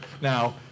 Now